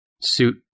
suit